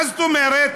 מה זאת אומרת?